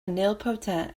nilpotent